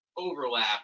overlap